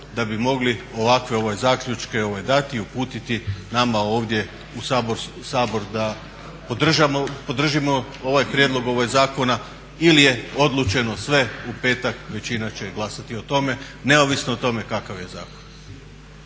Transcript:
da bi mogli ovakve zaključke dati, uputiti nama ovdje u Sabor da podržimo ovaj prijedlog zakona ili je odlučeno sve u petak većina će glasati o tome, neovisno o tome kakav je zakon?